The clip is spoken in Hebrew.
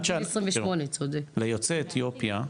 ליוצאי אתיופיה,